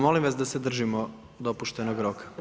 Molim vas da se držimo dopuštenog roka.